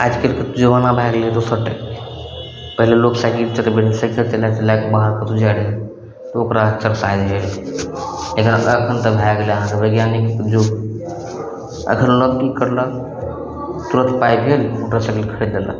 आज काल्हिके जमाना भए गेलय दोसर टाइपके पहिले लोग साइकिल चलबय साइकिल चलाय चलाय कऽ बाहर कतहु जाइ रहय तऽ ओकरा चर्चा हइ रहय एकरा एखन तऽ भए गेलय अहाँके वैज्ञानिक युग एखन लोग की करलक तुरत पाइ भेल मोटरसाइकिल खरीद देलक